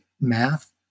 math